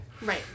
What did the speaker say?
Right